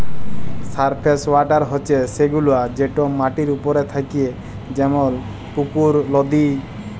surface water হছে সেগুলা যেট মাটির উপরে থ্যাকে যেমল পুকুর, লদী